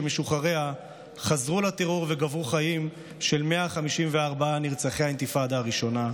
שמשוחרריה חזרו לטרור וגבו חיים של 154 נרצחי האינתיפאדה הראשונה,